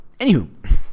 Anywho